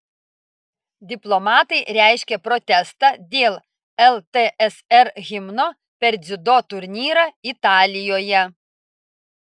diplomatai reiškia protestą dėl ltsr himno per dziudo turnyrą italijoje